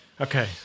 okay